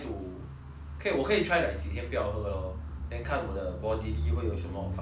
可以我可以 try like 几天不要喝 lor 看我的 body 会有什么反应 lah